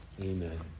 Amen